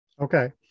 Okay